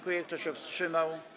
Kto się wstrzymał?